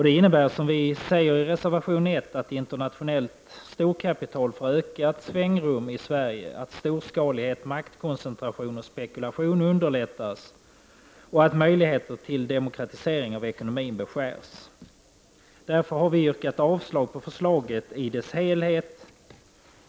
Det innebär, som vi säger i reservation nr 1, att internationellt storkapital får ökat svängrum i Sverige, att storskalighet, maktkoncentration och spekulation underlättas och att möjligheter till demokratisering av ekonomin beskärs. Därför har vi yrkat avslag på förslaget i dess helhet.